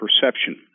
perception